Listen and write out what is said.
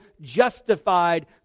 justified